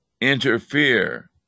interfere